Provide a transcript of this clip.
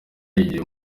yinjiye